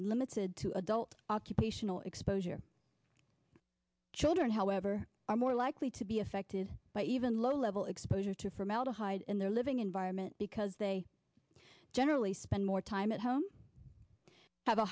been limited to adult occupational exposure children however are more likely to be affected by even low level exposure to formaldehyde in their living environment because they generally spend more time at home have a